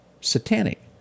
Satanic